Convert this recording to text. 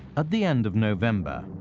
at the end of november,